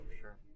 sure